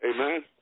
Amen